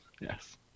Yes